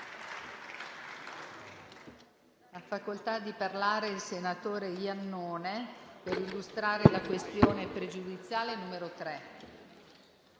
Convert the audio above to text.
Ha facoltà di parlare il senatore Pagano per illustrare la questione pregiudiziale QP4.